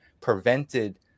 prevented